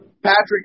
Patrick